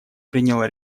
приняла